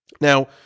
Now